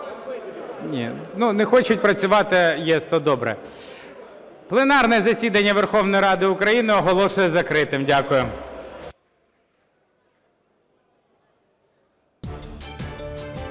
Ну, не хочуть працювати, то добре. Пленарне засідання Верховної Ради України оголошую закритим. Дякую.